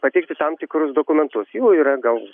pateikti tam tikrus dokumentus jų yra gal